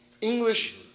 English